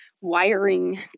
wiring